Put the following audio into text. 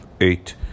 eight